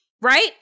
Right